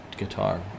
guitar